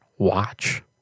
watch